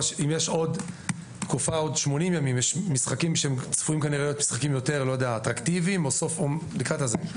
שיש משחקים יותר אטרקטיביים או לקראת הסוף,